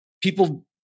People